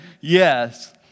yes